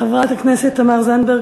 חברת הכנסת תמר זנדברג,